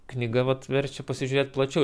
knyga vat verčia pasižiūrėt plačiau